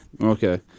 Okay